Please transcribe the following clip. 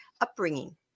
upbringing